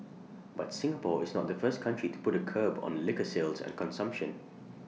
but Singapore is not the first country to put A curb on liquor sales and consumption